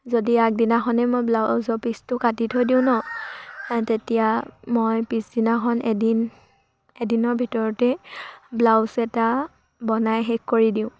যদি আগদিনাখনেই মই ব্লাউজৰ পিচটো কাটি থৈ দিওঁ ন তেতিয়া মই পিছদিনাখন এদিন এদিনৰ ভিতৰতেই ব্লাউজ এটা বনাই শেষ কৰি দিওঁ